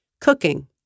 Cooking